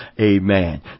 Amen